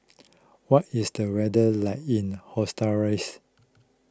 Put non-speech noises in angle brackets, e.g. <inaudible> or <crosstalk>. what is the weather like in <unintelligible>